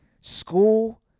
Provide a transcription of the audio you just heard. school